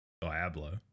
Diablo